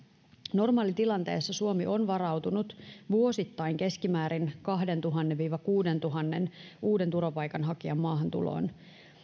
normaalitilanteessa suomi on varautunut vuosittain keskimäärin kahdentuhannen viiva kuudentuhannen uuden turvapaikanhakijan maahantuloon